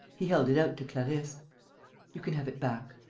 he held it out to clarisse you can have it back.